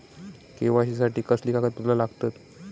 KYC साठी कसली कागदपत्र लागतत?